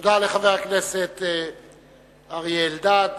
תודה לחבר הכנסת אריה אלדד.